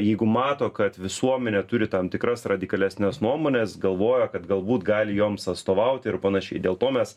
jeigu mato kad visuomenė turi tam tikras radikalesnes nuomones galvoja kad galbūt gali joms atstovauti ir panašiai dėl to mes